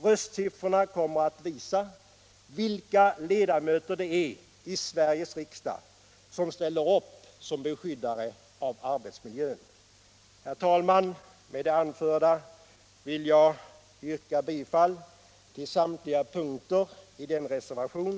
Röstsiffrorna kommer att visa vilka ledamöter det är i Sveriges riksdag som ställer upp som beskyddare av arbetsmiljön.